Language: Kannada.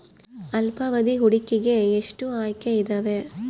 ಅಲ್ಪಾವಧಿ ಹೂಡಿಕೆಗೆ ಎಷ್ಟು ಆಯ್ಕೆ ಇದಾವೇ?